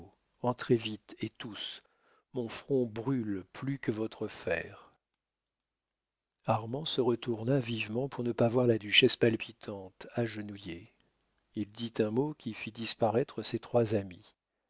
entrez vite et tous mon front brûle plus que votre fer armand se retourna vivement pour ne pas voir la duchesse palpitante agenouillée il dit un mot qui fit disparaître ses trois amis